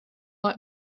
want